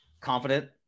confident